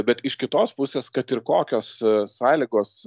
bet iš kitos pusės kad ir kokios sąlygos